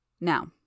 Now